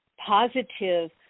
positive